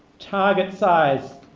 target size.